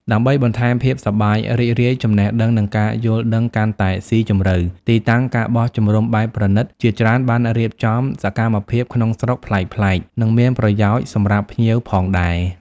ដើម្បីបន្ថែមភាពសប្បាយរីករាយ ចំណេះដឹង និងការយល់ដឹងកាន់តែស៊ីជម្រៅ ទីតាំង ការបោះជំរំបែបប្រណីត ជាច្រើនបានរៀបចំ សកម្មភាពក្នុងស្រុក ប្លែកៗ និងមានប្រយោជន៍សម្រាប់ភ្ញៀវផងដែរ។